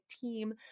team